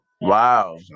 wow